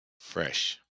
Fresh